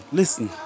listen